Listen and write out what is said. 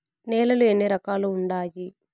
నేలలు ఎన్ని రకాలు వుండాయి?